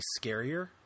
scarier